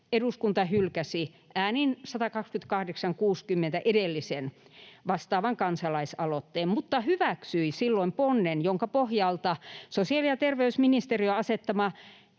eduskunta hylkäsi äänin 128—60 edellisen vastaavan kansalaisaloitteen, mutta hyväksyi silloin ponnen, jonka pohjalta sosiaali- ja terveysministeriön asettama